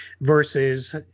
versus